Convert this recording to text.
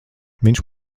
viņš